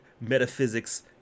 metaphysics